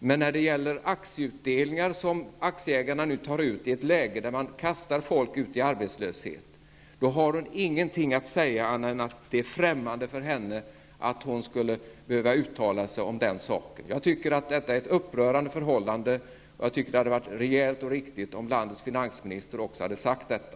Men när det gäller aktieutdelningar, som aktieägarna nu tar ut i ett läge då man kastar folk ut i arbetslöshet, har hon ingenting att säga annat än att det är främmande för henne att hon skulle behöva uttala sig om den saken. Detta är ett upprörande förhållande, och jag tycker att det hade varit rejält och riktigt om landets finansminister också hade sagt detta.